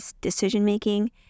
decision-making